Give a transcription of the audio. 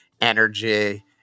energy